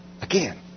Again